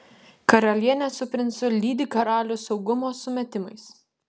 karalienė su princu lydi karalių saugumo sumetimais